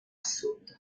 sud